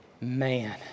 Man